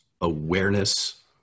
awareness